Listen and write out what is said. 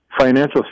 financial